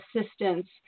assistance